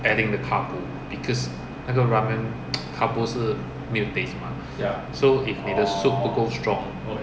adding the carbo because 那个 ramen carbo 是没有 taste mah so if 你的 soup 不够 strong